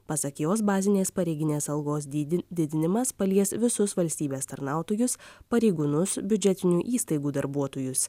pasak jos bazinės pareiginės algos dydį didinimas palies visus valstybės tarnautojus pareigūnus biudžetinių įstaigų darbuotojus